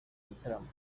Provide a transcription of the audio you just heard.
gitaramo